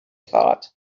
thought